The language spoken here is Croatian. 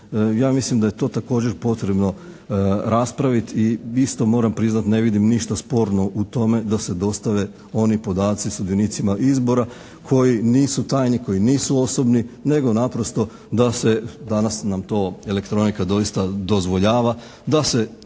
ja mislim da je to također potrebno raspraviti i isto moram priznati ne vidim ništa u tome da se dostave oni podaci sudionicima izbora koji nisu tajni, koji nisu osobni, nego naprosto da se, danas nam to elektronika doista dozvoljava, da se